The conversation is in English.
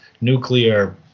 nuclear